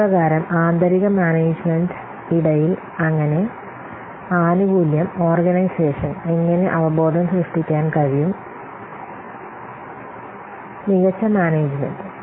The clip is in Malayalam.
അപ്രകാരം ആന്തരിക മാനേജ്മെന്റ് ഇടയിൽ അങ്ങനെ ആനുകൂല്യം ഓർഗനൈസേഷൻ എങ്ങനെ അവബോധം സൃഷ്ടിക്കാൻ കഴിയും മികച്ച മാനേജുമെൻറ്